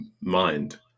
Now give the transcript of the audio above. mind